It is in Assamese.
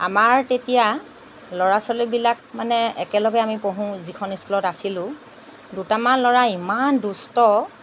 আমাৰ তেতিয়া ল'ৰা ছোৱালীবিলাক মানে একেলগে আমি পঢ়োঁ যিখন স্কুলত আছিলোঁ দুটামান ল'ৰা ইমান দুষ্ট